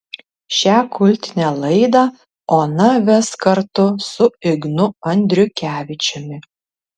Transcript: šią kultinę laidą ona ves kartu su ignu andriukevičiumi